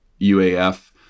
UAF